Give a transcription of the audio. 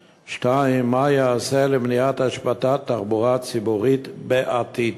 2. מה ייעשה למניעת השבתת תחבורה ציבורית בעתיד?